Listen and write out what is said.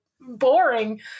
boring